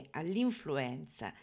all'influenza